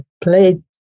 played